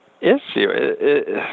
issue